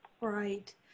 Right